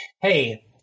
Hey